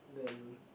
then